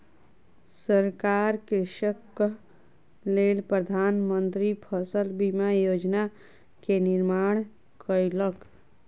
सरकार कृषकक लेल प्रधान मंत्री फसल बीमा योजना के निर्माण कयलक